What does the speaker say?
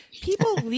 people